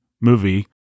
movie